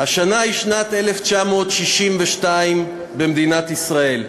השנה היא שנת 1962 במדינת ישראל.